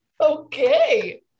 Okay